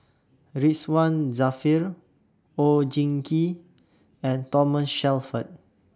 Ridzwan Dzafir Oon Jin Gee and Thomas Shelford